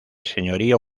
señorío